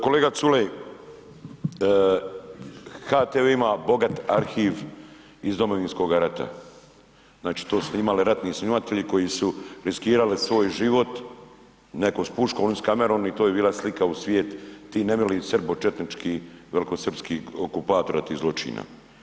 Kolega Culej, HTV ima bogat arhiv iz Domovinskog rata, znači to su imali ratni snimatelji koji su riskirali svoj život, neko s puškom, oni s kamerom i to je bila slika u svijet ti nemili srbočetnički velikosrpski okupator tih zločina.